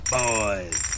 boys